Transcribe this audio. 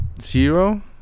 zero